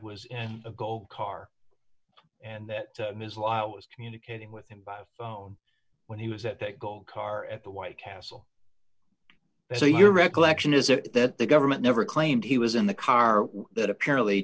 was in a gold car and that ms lyle was communicating with him by phone when he was at that gold car at the white castle so your recollection is that the government never claimed he was in the car that apparently